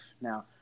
Now